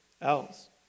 else